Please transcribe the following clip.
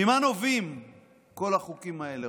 ממה נובעים כל החוקים האלה?